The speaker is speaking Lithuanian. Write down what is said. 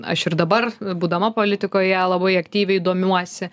aš ir dabar būdama politikoje labai aktyviai domiuosi